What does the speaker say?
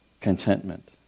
Contentment